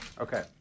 Okay